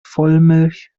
vollmilch